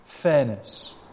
Fairness